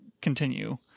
continue